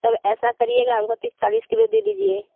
तब ऐसा करिएगा हमको तीस चालीस किलो दे दीजिये